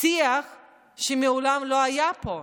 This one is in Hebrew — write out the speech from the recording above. שיח שמעולם לא היה פה.